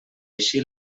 així